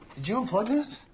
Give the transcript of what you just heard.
you unplug this?